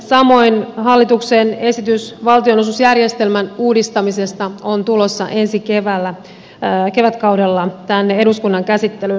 samoin hallituksen esitys valtionosuusjärjestelmän uudistamisesta on tulossa ensi kevätkaudella tänne eduskunnan käsittelyyn